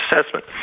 assessment